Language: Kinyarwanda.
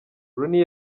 rooney